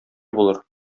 булыр